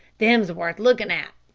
them's worth lookin' at.